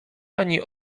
ani